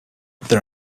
there